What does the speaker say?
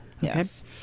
yes